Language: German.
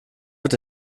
wird